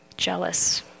jealous